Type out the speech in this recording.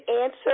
answer